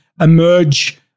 emerge